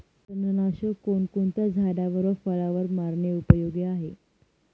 तणनाशक कोणकोणत्या झाडावर व फळावर मारणे उपयोगी आहे?